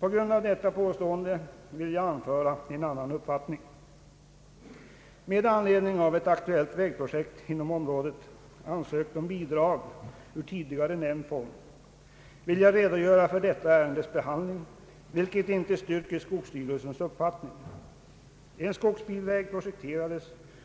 På grund av detta påstående vill jag anföra en annan uppfattning. Med anledning av att ett aktuellt vägprojekt inom området ansökt om bidrag ur den tidigare nämnda fonden vill jag redogöra för detta ärendes behandling, vilket inte styrker skogsstyrelsens uppfattning. En skogsbilväg projekterades